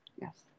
yes